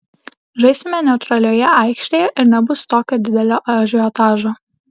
žaisime neutralioje aikštėje ir nebus tokio didelio ažiotažo